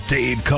Dave